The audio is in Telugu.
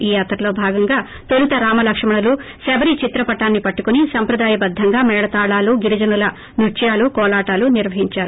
ఈ యాత్రలో భాగంగా తొలుత రామ లక్ష్మణులు శబరి చిత్ర పటాన్ని పట్లుకుని సంప్రదాయ బద్దంగా మేళతాళాలు గిరిజనుల నృత్యాలు కోలాటాలు నిర్వహించారు